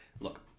Look